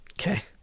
Okay